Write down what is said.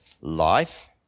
life